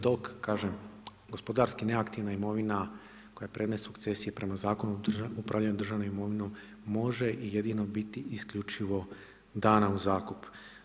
Dok kažem gospodarski neaktivna imovina koja je predmet sukcesije prema Zakonu o upravljanju državnom imovinom može i jedino biti i isključivo dana u zakup.